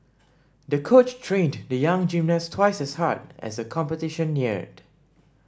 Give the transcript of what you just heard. the coach trained the young gymnast twice as hard as the competition neared